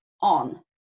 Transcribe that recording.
on